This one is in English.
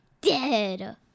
dead